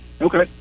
Okay